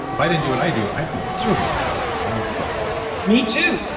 if i didn't do what i do, i'd be miserable. so like i got to do it me too.